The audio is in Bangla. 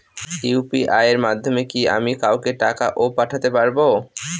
ইউ.পি.আই এর মাধ্যমে কি আমি কাউকে টাকা ও পাঠাতে পারবো?